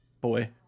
boy